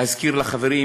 להזכיר לחברים,